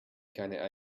keine